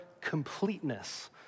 completeness